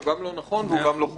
לא נכון וגם לא חוקתי.